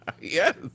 Yes